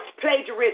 plagiarism